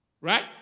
Right